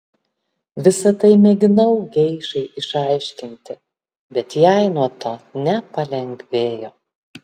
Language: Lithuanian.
visa tai mėginau geišai išaiškinti bet jai nuo to nepalengvėjo